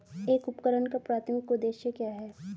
एक उपकरण का प्राथमिक उद्देश्य क्या है?